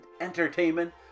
entertainment